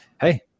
hey